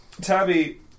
Tabby